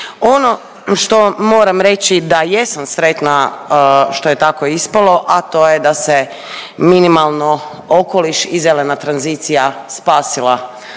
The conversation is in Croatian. Ono što moram reći da jesam sretna što je tako ispalo, a to je da se minimalno okoliš i zelena tranzicija spasila